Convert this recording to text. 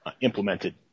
implemented